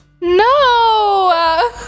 No